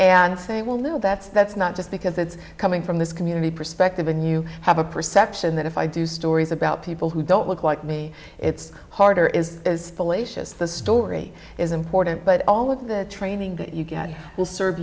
and say well no that's that's not just because it's coming from this community perspective and you have a perception that if i do stories about people who don't look like me it's harder is fallacious the story is important but all of the training that you get will serve